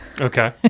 Okay